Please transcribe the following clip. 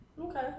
Okay